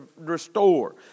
restore